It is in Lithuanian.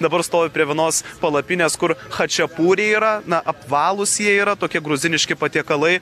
dabar stoviu prie vienos palapinės kur chačiapuriai yra na apvalūs jie yra tokie gruziniški patiekalai